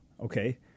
okay